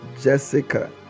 Jessica